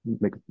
make